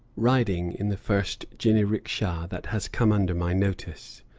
riding in the first jiniriksha that has come under my notice,